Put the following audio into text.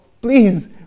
please